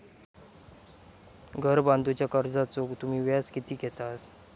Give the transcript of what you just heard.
घर बांधूच्या कर्जाचो तुम्ही व्याज किती घेतास?